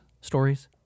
stories